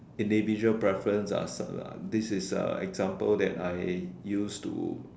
individual preference ah sort of this is a example that I use to